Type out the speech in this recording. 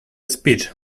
speech